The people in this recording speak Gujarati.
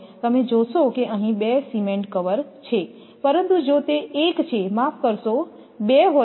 તમે જોશો કે અહીં 2 સિમેન્ટ કવર છે પરંતુ જો તે એક છે માફ કરજો 2 હોય છે